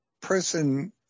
person